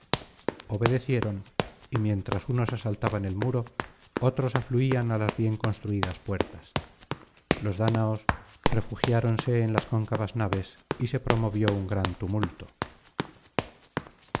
obedecieron y mientras unos asaltaban el muro otros afluían á las bien construidas puertas los dáñaos refugiáronse en las cóncavas naves y se promovió un gran tumulto